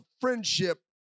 friendship